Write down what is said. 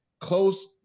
close